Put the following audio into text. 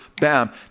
Bam